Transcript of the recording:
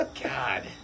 God